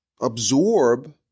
absorb